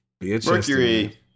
Mercury